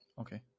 Okay